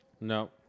No